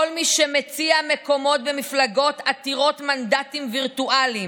לכל מי שמציע מקומות במפלגות עתירות מנדטים וירטואליים,